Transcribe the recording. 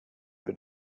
been